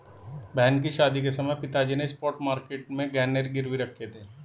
बहन की शादी के समय पिताजी ने स्पॉट मार्केट में गहने गिरवी रखे थे